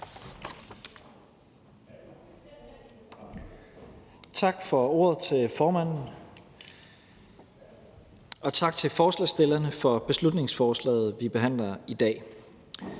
Tak for ordet til formanden, og tak til forslagsstillerne for beslutningsforslaget, vi behandler i dag.